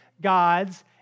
God's